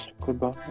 Goodbye